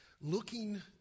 looking